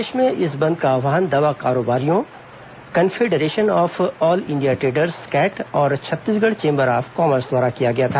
प्रदेश में इस बंद का आव्हान दया कारोबारियों confederation of all India traders CAIT और छत्तीसगढ़ चेंबर्स ऑफ कॉमर्स द्वारा किया गया था